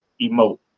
emote